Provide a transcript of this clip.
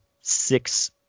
six